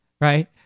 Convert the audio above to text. right